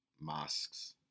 mosques